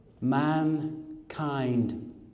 mankind